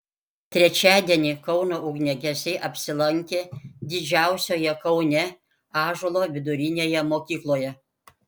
trečiadienį kauno ugniagesiai apsilankė didžiausioje kaune ąžuolo vidurinėje mokykloje